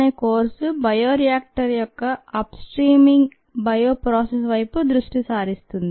ఈ course bioreactor యొక్క upstreaming bioprocess వైపు దృష్టి సారిస్తుంది